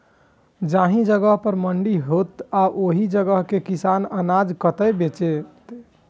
जाहि जगह पर मंडी हैते आ ओहि जगह के किसान अनाज कतय बेचते?